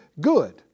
good